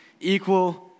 equal